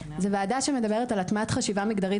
זו ועדה שמדברת על הטמעת חשיבה מגדרית